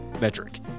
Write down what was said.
metric